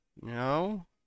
No